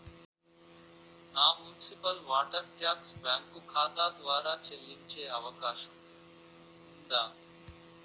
నా municipal water tax bank ఖాతా ద్వారా చెల్లించే అవకాశం ఉందా?